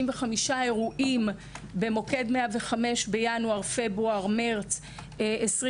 אירועים במוקד 105 בינואר-מרץ 2023,